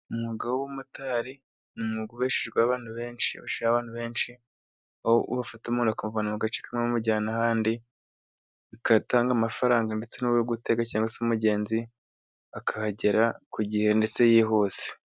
Umwuga w'ubumotari ni umwuga ubeshejeho abantu benshi, aho bafata umugenzi bakamuvana mu gace kamwe bamujyana ahandi, agatanga amafaranga ndetse n'uri gutega cyangwa se umugenzi akahagera ku gihe ndetse yihuse.